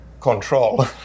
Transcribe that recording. control